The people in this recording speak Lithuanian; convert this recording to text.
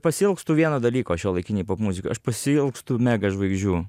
pasiilgstu vieno dalyko šiuolaikinėj popmuzikoj aš pasiilgstu mega žvaigždžių